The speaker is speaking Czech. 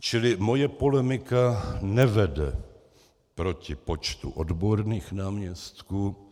Čili moje polemika nevede proti počtu odborných náměstků.